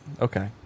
Okay